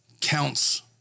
counts